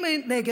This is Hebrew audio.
אם היא נגד,